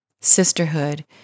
sisterhood